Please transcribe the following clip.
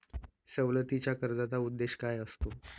सवलतीच्या कर्जाचा उद्देश काय असतो?